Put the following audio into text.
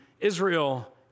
Israel